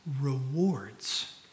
rewards